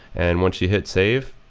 and once you hit save,